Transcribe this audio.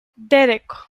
derrick